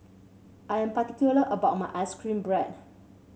I am particular about my ice cream bread